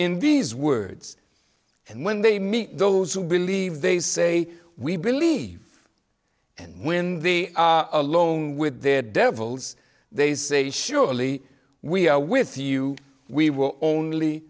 these words and when they meet those who believe they say we believe and when the alone with their devils they say surely we are with you we will only